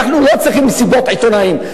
אנחנו לא צריכים מסיבות עיתונאים.